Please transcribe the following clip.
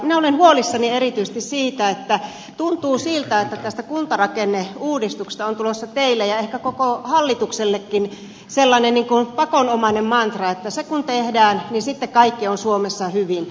minä olen huolissani erityisesti siitä että tuntuu siltä että tästä kuntarakenneuudistuksesta on tulossa teille ja ehkä koko hallituksellekin sellainen pakonomainen mantra että se kun tehdään niin sitten kaikki on suomessa hyvin